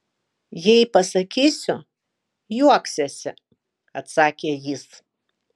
jei pasakysiu juoksiesi atsakė jis